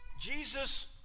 Jesus